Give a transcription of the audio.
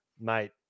mate